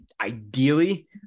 ideally